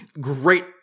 Great